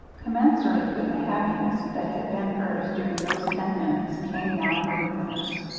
commensurate with the happiness that had been hers during those ten minutes came now her remorse.